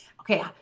Okay